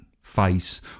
face